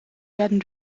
werden